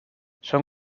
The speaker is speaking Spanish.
son